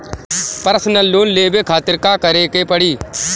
Personal loan लेवे खातिर का करे के पड़ी?